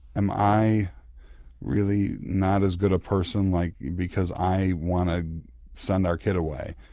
am i really not as good a person like because i want to send our kid away?